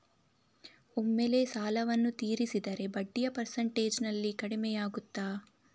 ಒಮ್ಮೆಲೇ ಸಾಲವನ್ನು ತೀರಿಸಿದರೆ ಬಡ್ಡಿಯ ಪರ್ಸೆಂಟೇಜ್ನಲ್ಲಿ ಕಡಿಮೆಯಾಗುತ್ತಾ?